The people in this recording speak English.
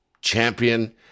champion